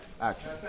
action